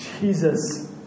Jesus